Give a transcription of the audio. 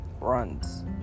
runs